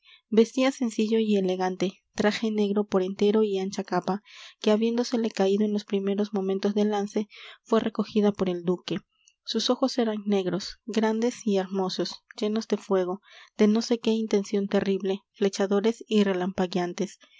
vestía sencillo y elegante traje negro por entero y ancha capa que habiéndosele caído en los primeros momentos del lance fue recogida por el duque sus ojos eran negros grandes y hermosos llenos de fuego de no sé qué intención terrible flechadores y relampagueantes